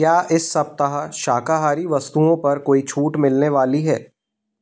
क्या इस सप्ताह शाकाहारी वस्तुओं पर कोई छूट मिलने वाली है